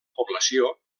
població